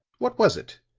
what was it?